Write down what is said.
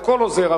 הכול עוזר,